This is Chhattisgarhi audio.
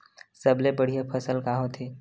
सबले बढ़िया फसल का होथे?